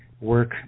work